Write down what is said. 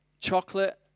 chocolate